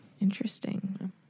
Interesting